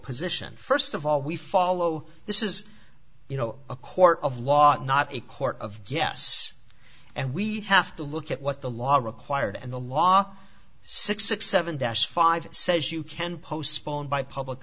position first of all we follow this is you know a court of law not a court of yes and we have to look at what the law required and the law six six seven dash five says you can postpone by public